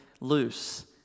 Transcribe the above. loose